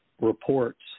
reports